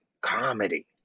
comedy